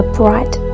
bright